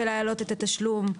ולהעלות את התשלום.